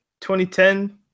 2010